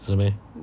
是 meh